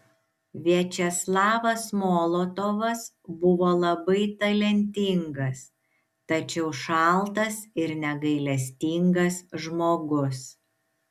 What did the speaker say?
viačeslavas molotovas buvo labai talentingas tačiau šaltas ir negailestingas žmogus